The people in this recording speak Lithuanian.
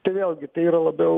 tai vėlgi tai yra labiau